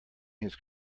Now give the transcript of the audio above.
his